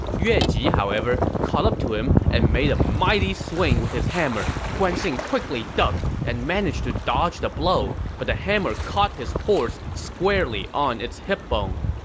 yue ji, however, caught up to him and made mighty swing with his hammer. guan xing quickly ducked and managed to dodge the blow, but the hammer caught his horse square like on its hipbone.